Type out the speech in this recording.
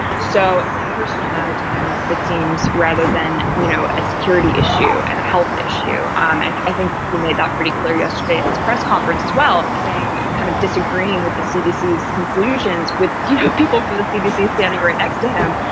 so it's a personal matter to him. it seems rather than, you know, a security issue and a health issue. um and i think he made that pretty clear yesterday at his press conference as well, saying it kind of disagreeing with the cdc conclusions with you know people from the cdc standing right next to him.